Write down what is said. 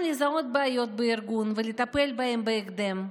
לזהות בעיות בארגון ולטפל בהן בהקדם.